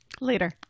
Later